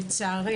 לצערי,